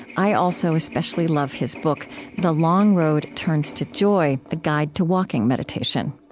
i also especially love his book the long road turns to joy a guide to walking meditation